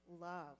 love